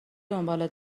دنباله